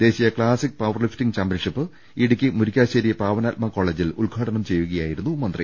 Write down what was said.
ദേശീയ classic power lifting championship Idukki Murickassery Pavanatma കോളേജിൽ ഉദ്ഘാടനം ചെയ്യുകയായിരുന്നു മന്ത്രി